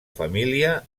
família